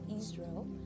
Israel